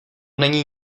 není